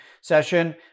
session